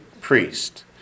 priest